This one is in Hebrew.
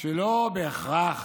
שלא בהכרח